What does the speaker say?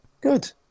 Good